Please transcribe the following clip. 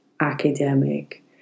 academic